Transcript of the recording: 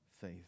faith